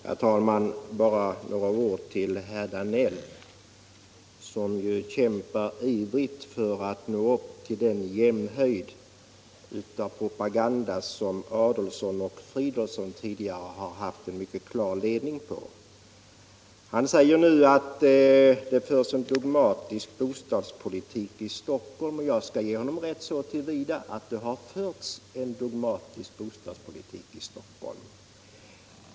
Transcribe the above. Herr talman! Bara några ord till herr Danell, som ju kämpar ivrigt för att nå upp i jämnhöjd med den propagandanivå som utmärker herrar Adolfsson och Fridolfssons agerande. Herr Danell påstår att det förs en dogmatisk bostadspolitik i Stockholm. Jag skall ge honom rätt så till vida att det har förts en dogmatisk bostadspolitik i Stockholm.